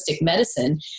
medicine